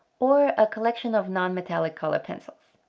or a collection of nonmetallic color pencils.